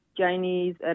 Chinese